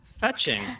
Fetching